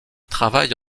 travaille